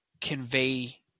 convey